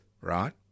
right